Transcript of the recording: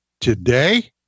today